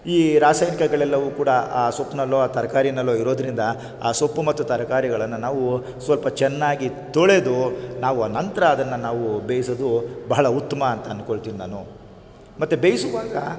ಈ ರಾಸಾಯನಿಕಗಳೆಲ್ಲವೂ ಕೂಡ ಆ ಸೊಪ್ಪಿನಲ್ಲೋ ಆ ತರಕಾರಿನಲ್ಲೋ ಇರೋದರಿಂದ ಆ ಸೊಪ್ಪು ಮತ್ತು ತರಕಾರಿಗಳನ್ನು ನಾವು ಸ್ವಲ್ಪ ಚೆನ್ನಾಗಿ ತೊಳೆದು ನಾವು ಅನಂತರ ಅದನ್ನು ನಾವು ಬೇಯಿಸೋದು ಬಹಳ ಉತ್ತಮ ಅಂತ ಅನ್ಕೋಳ್ತೀನಿ ನಾನು ಮತ್ತು ಬೇಯಿಸುವಾಗ